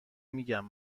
میگم